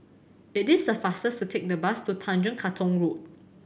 it is faster to take the bus to Tanjong Katong Road